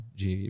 de